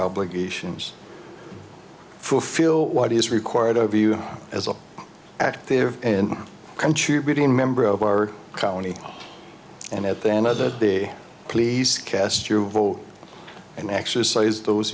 obligations fulfill what is required of you as an active and contributing member of our county and at the end of the day please cast your vote and exercise those